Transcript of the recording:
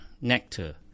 nectar